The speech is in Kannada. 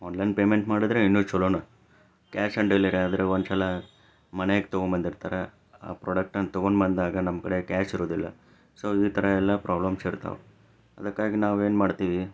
ಆನ್ಲೈನ್ ಪೇಮೆಂಟ್ ಮಾಡಿದರೆ ಇನ್ನೂ ಚಲೋನ ಕ್ಯಾಶ್ ಆ್ಯಂಡ್ ಡೆಲಿರಿ ಆದರೆ ಒಂದು ಸಲ ಮನೆಗೆ ತೊಗೊಂಬಂದಿರ್ತಾರೆ ಆ ಪ್ರಾಡಕ್ಟನ್ನು ತೊಗೊಂಡು ಬಂದಾಗ ನಮ್ಮ ಕಡೆ ಕ್ಯಾಶ್ ಇರೋದಿಲ್ಲ ಸೋ ಈ ಥರ ಎಲ್ಲ ಪ್ರಾಬ್ಲಮ್ಸ್ ಇರ್ತಾವೆ ಅದಕ್ಕಾಗಿ ನಾವೇನು ಮಾಡ್ತೀವಿ